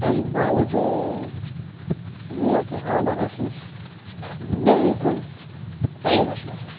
تَمہِ باوجوٗد ووت یہِ آرڑر اَسہِ نِش بِلکُل ٹایمس پیٚٹھ